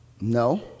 No